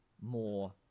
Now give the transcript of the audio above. more